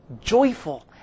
joyful